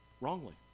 wrongly